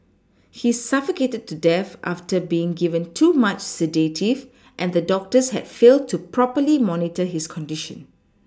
he suffocated to death after being given too much sedative and the doctors had failed to properly monitor his condition